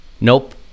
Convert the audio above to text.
Nope